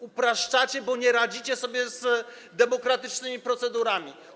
Upraszczacie, bo nie radzicie sobie z demokratycznymi procedurami.